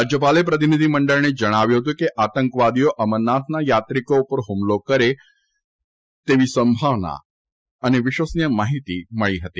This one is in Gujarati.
રાજયપાલે પ્રતિનિધિમંડળને જણાવ્યું હતું કે આતંકવાદીઓ અમરનાથના યાત્રિકો ઉપર હ્મલો કરે તેવી વિશ્વનિય માહીતી મળી હતી